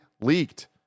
leaked